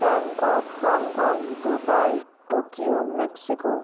Bangkok Hong Kong Dubai Tokyo Mexico